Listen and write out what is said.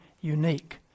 unique